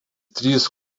trys